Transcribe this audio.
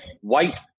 white